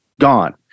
gone